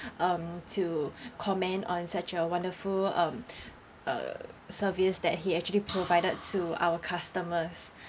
um to commend on such a wonderful um err service that he actually provided to our customers